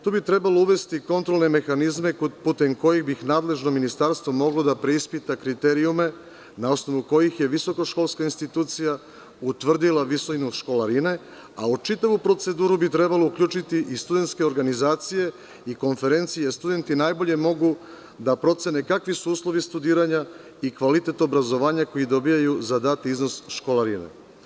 Tu bi trebalo uvesti kontrolne mehanizme putem kojih bi nadležno ministarstvo moglo da preispita kriterijume na osnovu kojih je visokoškolska institucija utvrdila visinu školarine, a u čitavu proceduru bi trebalo uključiti i studentske organizacije i konferencije, jer studenti najbolje mogu da procene kakvi su uslovi studiranja i kvalitet obrazovanja koji dobijaju za dati iznos školarine.